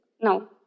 no